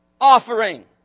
offering